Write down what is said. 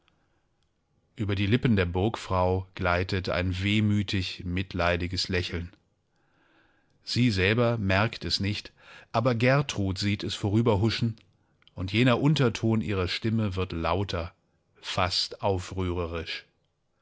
über die lippen der burgfrau gleitet ein wehmütig mitleidiges lächeln sie selber merkt es nicht aber gertrud sieht es vorüberhuschen und jener unterton ihrer stimme wird lauter fast aufrührerisch